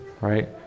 right